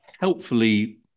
helpfully